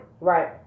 right